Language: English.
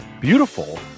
Beautiful